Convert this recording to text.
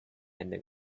hände